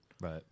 Right